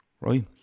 right